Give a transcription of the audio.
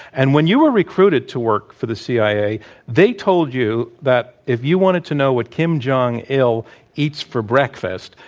and when you were recruited to work for the cia they told you that if you wanted to know what kim jong il eats for breakfast,